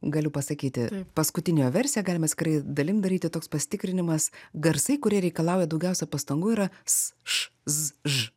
galiu pasakyti paskutiniojo versija galima atskirai dalim daryti toks pasitikrinimas garsai kurie reikalauja daugiausia pastangų yra s š z ž